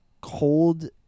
cold